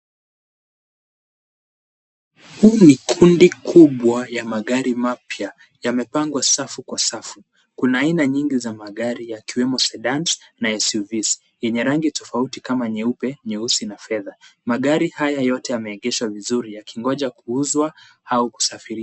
Hii ni kundi kubwa ya magari mapya. Yamepangwa safu kwa safu. Kuna aina nyingi ya magari yakiwemo Sedan na SUVs yenye rangi tofauti kama nyeupe, nyeusi na fedha. Magari haya yote yameegeshwa vizuri yakingoja kuuzwa au usafiri.